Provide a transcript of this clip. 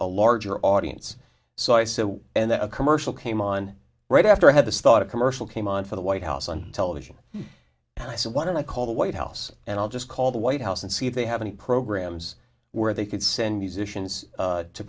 a larger audience so i said and then a commercial came on right after i had this thought a commercial came on for the white house on television and i said why don't i call the white house and i'll just call the white house and see if they have any programs where they could send musicians